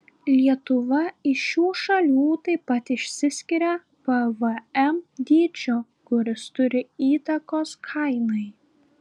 lietuva iš šių šalių taip pat išsiskiria pvm dydžiu kuris turi įtakos kainai